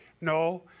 No